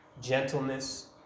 gentleness